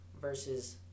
versus